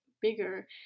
bigger